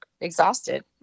exhausted